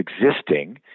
existing